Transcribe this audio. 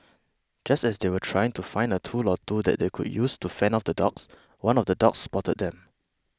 just as they were trying to find a tool or two that they could use to fend off the dogs one of the dogs spotted them